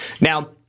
Now